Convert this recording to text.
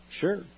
sure